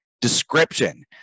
description